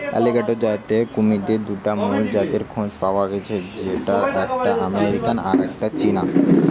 alligator জাতের কুমিরের দুটা মুল জাতের খোঁজ পায়া গ্যাছে যেটার একটা আমেরিকান আর একটা চীনা